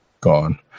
gone